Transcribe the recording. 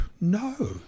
No